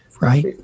right